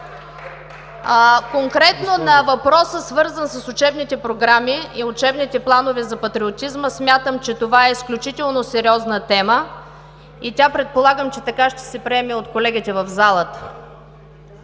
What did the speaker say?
Конкретно на въпроса, свързан с учебните програми и учебните планове за патриотизма, смятам, че това е изключително сериозна тема и предполагам, че така ще се приеме от колегите в залата.